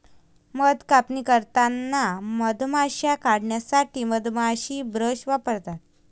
मध कापणी करताना मधमाश्या काढण्यासाठी मधमाशी ब्रश वापरा